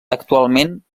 actualment